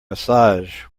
massage